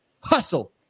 hustle